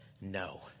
no